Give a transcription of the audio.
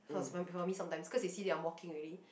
sometimes because they see they are walking already